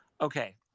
okay